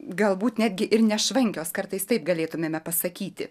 galbūt netgi ir nešvankios kartais taip galėtumėme pasakyti